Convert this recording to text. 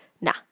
Nah